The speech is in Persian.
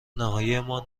نهاییمان